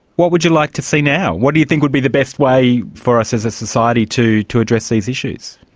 what would you like to see now? what do you think would be the best way for us as a society to to address these issues?